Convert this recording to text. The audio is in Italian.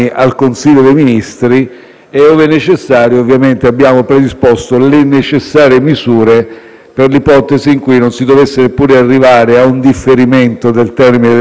per l'ipotesi in cui non si dovesse neppure arrivare a un differimento del termine del 29 marzo e quindi ci siamo preparati anche a informare tutti i cittadini